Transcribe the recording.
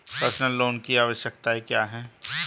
Personal loan की आवश्यकताएं क्या हैं?